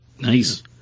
Nice